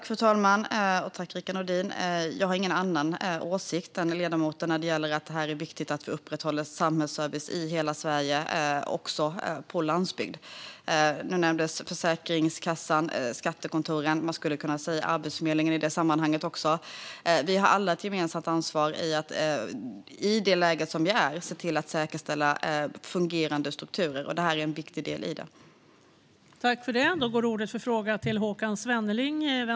Fru talman! Jag har ingen annan åsikt än ledamoten när det gäller att det är viktigt att vi upprätthåller samhällsservice i hela Sverige, också på landsbygd. Försäkringskassan och skattekontoren nämndes, och man skulle också kunna nämna Arbetsförmedlingen i det sammanhanget. Vi har alla ett gemensamt ansvar för att, i det läge där vi befinner oss, säkerställa fungerande strukturer, och det här är en viktig del i detta.